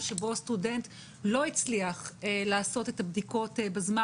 שבו סטודנט לא הצליח לעשות את הבדיקות בזמן